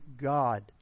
God